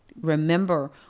remember